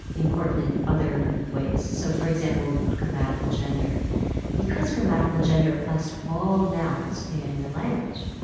important in other ways. so for example, grammatical gender because grammatical gender applies to all nouns in your language,